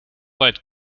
weit